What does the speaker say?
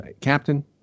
captain